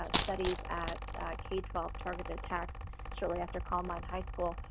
ah studies at k twelve targeted attacks shortly after columbine high school.